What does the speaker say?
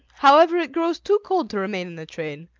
however, it grows too cold to remain in the train.